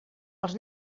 els